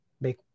make